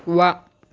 ವಾಹ್